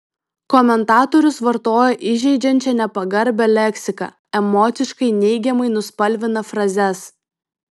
komentatorius vartoja įžeidžiančią nepagarbią leksiką emociškai neigiamai nuspalvina frazes